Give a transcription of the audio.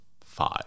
five